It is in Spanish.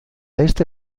este